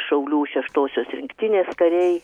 šaulių šeštosios rinktinės kariai